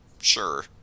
Sure